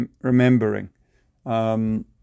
remembering